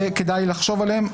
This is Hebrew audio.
וכדאי לחשוב עליהם.